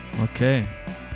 okay